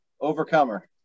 Overcomer